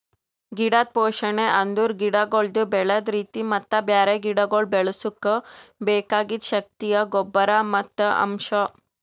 ಗಿಡದ್ ಪೋಷಣೆ ಅಂದುರ್ ಗಿಡಗೊಳ್ದು ಬೆಳದ್ ರೀತಿ ಮತ್ತ ಬ್ಯಾರೆ ಗಿಡಗೊಳ್ ಬೆಳುಸುಕ್ ಬೆಕಾಗಿದ್ ಶಕ್ತಿಯ ಗೊಬ್ಬರ್ ಮತ್ತ್ ಅಂಶ್